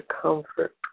comfort